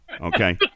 okay